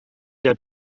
der